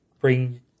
bring